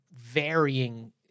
varying